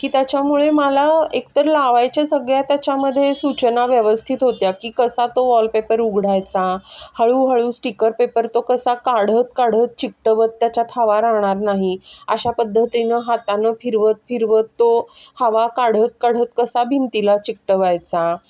की त्याच्यामुळे मला एकतर लावायच्या सगळ्या त्याच्यामध्ये सूचना व्यवस्थित होत्या की कसा तो वॉलपेपर उघडायचा हळूहळू स्टिकर पेपर तो कसा काढत काढत चिकटवत त्याच्यात हवा राहणार नाही अशा पद्धतीनं हातानं फिरवत फिरवत तो हवा काढत काढत कसा भिंतीला चिकटवायचा